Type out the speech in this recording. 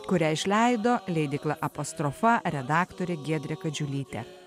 kurią išleido leidykla apostrofa redaktorė giedrė kadžiulytė